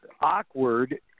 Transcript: awkward